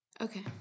Okay